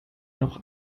noch